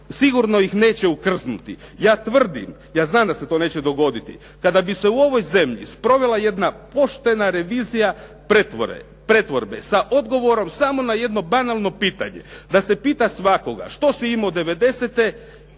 sigurno ih neće okrznuti. Ja tvrdim, ja znam da se to neće dogoditi, kada bi se u ovoj zemlji provela jedna poštena revizija pretvorbe sa odgovorom samo na jedno banalno pitanje, da se pita svakog što si imao '90.-te